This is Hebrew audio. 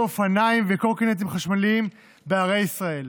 אופניים וקורקינטים חשמליים בערי ישראל.